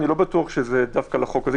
אני לא בטוח שזה דווקא לחוק הזה.